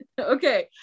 Okay